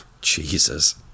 Jesus